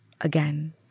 again